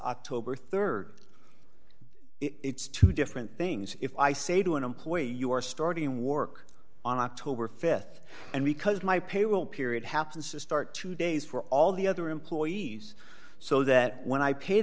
october rd it's two different things if i say to an employee you are starting work on october th and because my payroll period happens to start two days for all the other employees so that when i pay